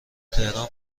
تهران